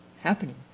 happening